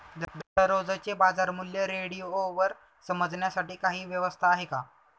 दररोजचे बाजारमूल्य रेडिओवर समजण्यासाठी काही व्यवस्था आहे का?